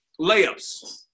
layups